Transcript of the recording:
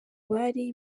bari